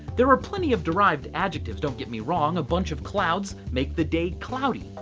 there are plenty of derived adjectives, don't get me wrong. a bunch of clouds make the day cloudy,